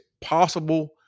possible